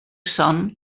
són